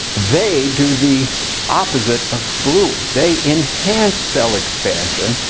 they do the opposite of blue. they enhance cell expansion.